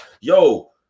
yo